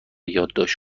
یادداشت